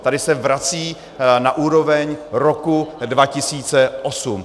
Tady se vrací na úroveň roku 2008.